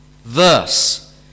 Verse